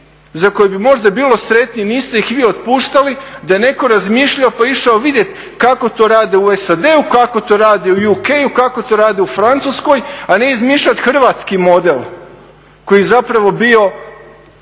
za koje bi možda bili sretni, niste ih vi otpuštali, da je netko razmišljao pa išao vidjeti kako to rade u SAD-u, kako to rade u UK-u, kako to rade u Francuskoj, a ne izmišljati Hrvatski model koji je zapravo bio